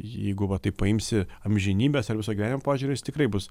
jeigu va taip paimsi amžinybės ir viso gyvenimo požiūriu jis tikrai bus